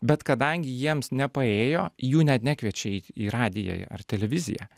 bet kadangi jiems nepaėjo jų net nekviečia į į radiją ar televiziją